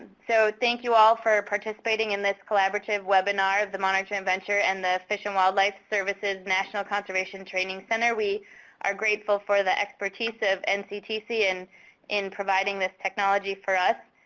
so thank you all for participating this collaborative webinar of the monarch joint venture and the fish and wildlife services national conservation training center. we are grateful for the expertise of nctc in in providing this technology for us.